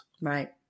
Right